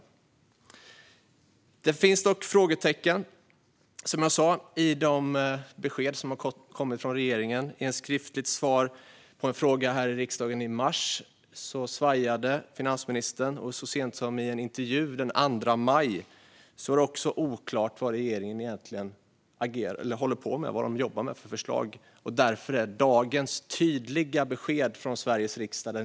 Som jag sa finns det dock frågetecken i de besked som har kommit från regeringen. I ett skriftligt svar på en fråga här i riksdagen i mars svajade finansministern, och så sent som i en intervju den 2 maj var det också oklart vad regeringen egentligen håller på med - vilka förslag de jobbar med. Därför är dagens besked från Sveriges riksdag tydligt.